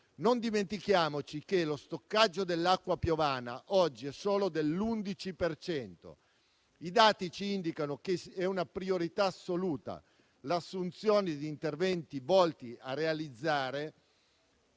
Non dimentichiamoci che lo stoccaggio dell'acqua piovana oggi è solo dell'11 per cento. I dati ci indicano che è una priorità assoluta l'assunzione di interventi volti a realizzare